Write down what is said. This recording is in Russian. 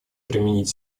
применить